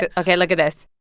but ok, look at this.